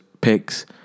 picks